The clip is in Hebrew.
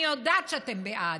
אני יודעת שאתם בעד,